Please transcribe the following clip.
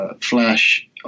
Flash